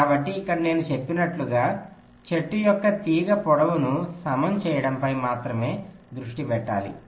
కాబట్టి ఇక్కడ నేను చెప్పినట్లుగా చెట్టు యొక్క తీగ పొడవును సమం చేయడంపై మాత్రమే దృష్టి పెట్టాలి